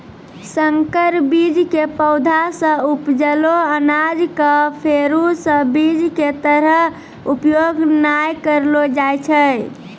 संकर बीज के पौधा सॅ उपजलो अनाज कॅ फेरू स बीज के तरह उपयोग नाय करलो जाय छै